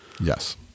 Yes